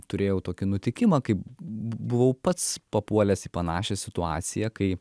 turėjau tokį nutikimą kai buvau pats papuolęs į panašią situaciją kai